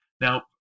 Now